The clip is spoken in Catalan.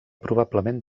probablement